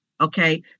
Okay